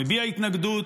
מביע התנגדות,